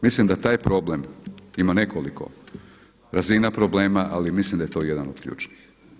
Mislim da taj problem ima nekoliko razina problema ali mislim da je to jedan od ključnih.